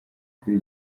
kuri